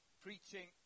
preaching